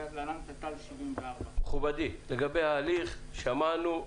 זה תת"ל 74. מכובדי, לגבי ההליך שמענו.